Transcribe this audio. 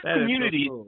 community